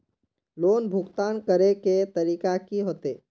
Loan भुगतान करे के तरीका की होते?